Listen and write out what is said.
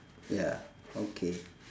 ya okay